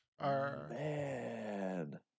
man